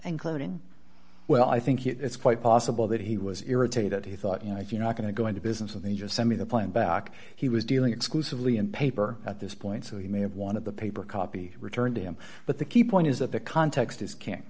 including well i think it's quite possible that he was irritated he thought you know if you're not going to go into business and then just some of the playing back he was dealing exclusively in paper at this point so he may have one of the paper copy returned to him but the key point is that the context is king